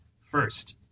First